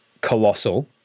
colossal